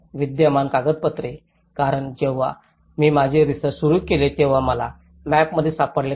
विद्यमान कागदपत्रे कारण जेव्हा मी माझे रिसर्च सुरू केले तेव्हा मला मॅपमध्ये सापडले नाही